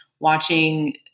watching